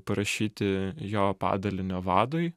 parašyti jo padalinio vadui